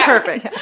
Perfect